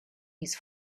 his